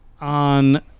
on